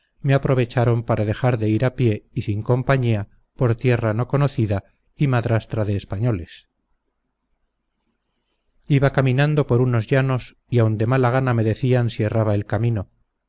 me aprovecharon para dejar de ir a pie y sin compañía por tierra no conocida y madrastra de españoles iba caminando por unos llanos y aun de mala gana me decían si erraba el camino